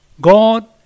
God